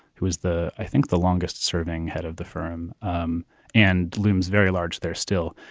who is the i think, the longest serving head of the firm um and looms very large there still.